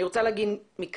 אני רוצה לומר מכאן,